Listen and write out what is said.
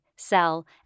sell